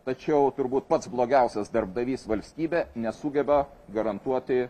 tačiau turbūt pats blogiausias darbdavys valstybė nesugeba garantuoti